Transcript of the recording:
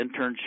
internship